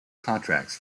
contracts